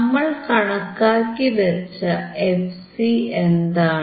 നമ്മൾ കണക്കാക്കിവച്ച fc എന്താണ്